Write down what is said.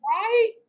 Right